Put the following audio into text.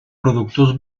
productos